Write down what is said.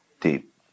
Deep